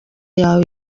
wawe